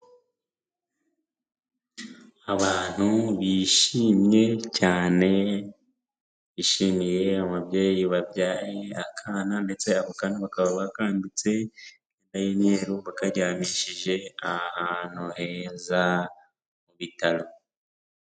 Abantu bishimye cyane, bishimiye umubyeyi wabyaye akana ndetse ako kana bakaba bakambitse imyenda y'umweru, bakaryamishije ahantu heza mu bitaro.